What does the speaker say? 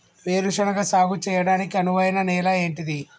వేరు శనగ సాగు చేయడానికి అనువైన నేల ఏంటిది?